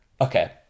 Okay